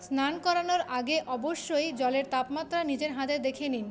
স্নান করানোর আগে অবশ্যই জলের তাপমাত্রা নিজের হাতে দেখে নিন